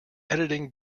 editing